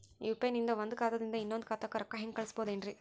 UPI ನಿಂದ ಒಂದ್ ಖಾತಾದಿಂದ ಇನ್ನೊಂದು ಖಾತಾಕ್ಕ ರೊಕ್ಕ ಹೆಂಗ್ ಕಳಸ್ಬೋದೇನ್ರಿ?